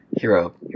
hero